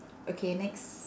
okay next